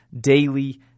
daily